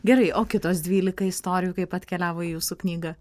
gerai o kitos dvylika istorijų kaip atkeliavo į jūsų knygą